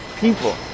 people